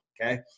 Okay